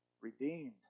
Redeemed